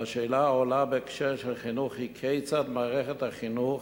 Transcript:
והשאלה העולה בהקשר של חינוך היא כיצד מערכת החינוך,